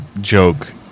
joke